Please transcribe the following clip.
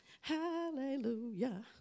Hallelujah